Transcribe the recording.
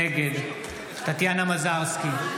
נגד טטיאנה מזרסקי,